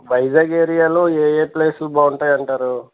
వైజాగ్ ఏరియాలో ఏయే ప్లేసులు బాగుంటాయి అంటారు